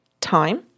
time